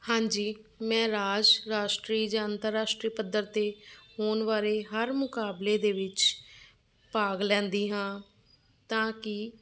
ਹਾਂਜੀ ਮੈਂ ਰਾਜ ਰਾਸ਼ਟਰੀ ਜਾਂ ਅੰਤਰਰਾਸ਼ਟਰੀ ਪੱਧਰ 'ਤੇ ਹੋਣ ਵਾਲੇ ਹਰ ਮੁਕਾਬਲੇ ਦੇ ਵਿੱਚ ਭਾਗ ਲੈਂਦੀ ਹਾਂ ਤਾਂ ਕਿ